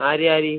ആര് ആര്